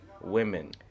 women